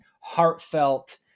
heartfelt